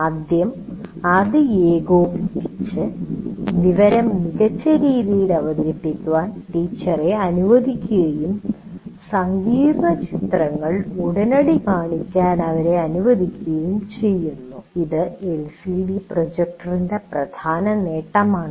ആദ്യം അത് ഏകോപിപ്പിച്ച് വിവരം മികച്ച രീതിയിൽ അവതരിപ്പിക്കാൻ ടീച്ചറെ അനുവദിക്കുകയും സങ്കീർണ്ണചിത്രങ്ങൾ ഉടനടി കാണിക്കാൻ അവരെ അനുവദിക്കുകയും ചെയ്യുന്നു ഇത് എൽസിഡി പ്രൊജക്ടറിന്റെ പ്രധാന നേട്ടമാണ്